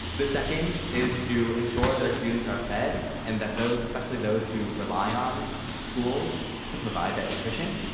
the second is to ensure that our students are fed and that those especially those who rely on schools to provide that nutrition.